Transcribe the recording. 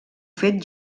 fet